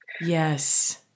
yes